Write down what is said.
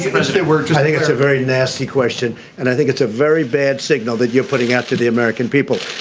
were true, i think it's a very nasty question. and i think it's a very bad signal that you're putting out to the american people.